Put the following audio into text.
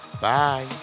Bye